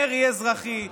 מרי אזרחי,